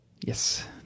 Yes